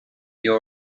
you